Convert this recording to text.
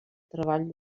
treball